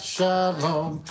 Shalom